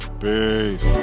peace